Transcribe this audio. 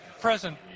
present